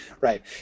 right